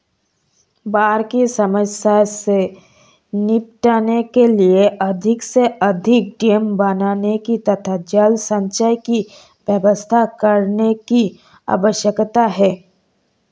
बाढ़ की समस्या से निपटने के लिए अधिक से अधिक डेम बनाने की तथा जल संचय की व्यवस्था करने की आवश्यकता है